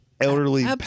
elderly